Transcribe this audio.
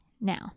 Now